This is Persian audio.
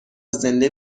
زنده